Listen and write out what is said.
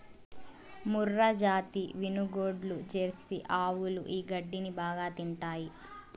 మూర్రాజాతి వినుగోడ్లు, జెర్సీ ఆవులు ఈ గడ్డిని బాగా తింటాయి